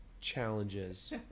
challenges